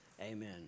amen